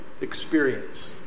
experience